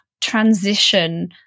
transition